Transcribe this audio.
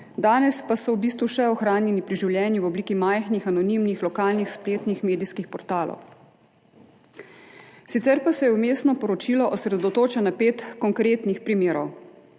danes pa so v bistvu še ohranjeni pri življenju v obliki majhnih anonimnih lokalnih spletnih medijskih portalov. Sicer pa se vmesno poročilo osredotoča na pet konkretnih primerov,